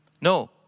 No